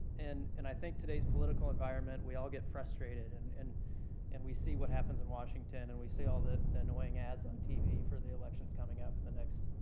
and and i think today's political environment, we all get frustrated and and and we see what happens in washington and we see all the the annoying ads on tv for the elections coming up in the next,